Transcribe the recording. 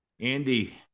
Andy